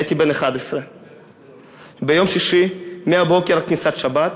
הייתי בן 11. ביום שישי, מהבוקר עד כניסת שבת,